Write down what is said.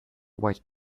white